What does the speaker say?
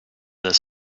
this